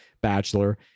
bachelor